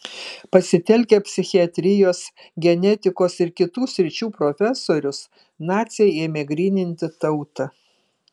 pasitelkę psichiatrijos genetikos ir kitų sričių profesorius naciai ėmė gryninti tautą